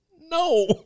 no